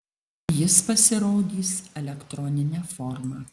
jis pasirodys elektronine forma